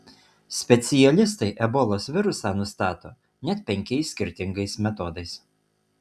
specialistai ebolos virusą nustato net penkiais skirtingais metodais